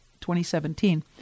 2017